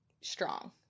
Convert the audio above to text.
strong